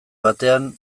batean